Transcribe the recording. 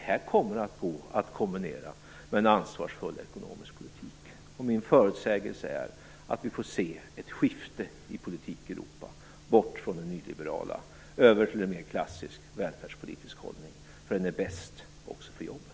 Det kommer att gå att kombinera detta med en ansvarsfull ekonomisk politik. Min förutsägelse är att vi får se ett skifte i politiken i Europa bort från det nyliberala och över till en mer klassisk välfärdspolitisk hållning, eftersom den är bäst också för jobben.